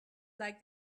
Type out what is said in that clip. like